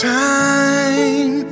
time